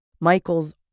Michael's